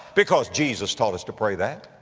because jesus taught us to pray that.